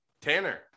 Tanner